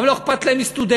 אבל לא אכפת להם מסטודנטים,